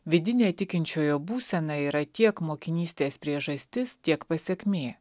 vidinė tikinčiojo būsena yra tiek mokinystės priežastis tiek pasekmė